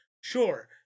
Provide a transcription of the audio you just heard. Sure